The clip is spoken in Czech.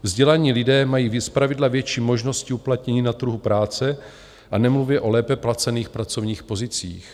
Vzdělaní lidé mají zpravidla větší možnosti uplatnění na trhu práce a nemluvě o lépe placených pracovních pozicích.